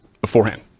beforehand